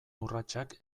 urratsak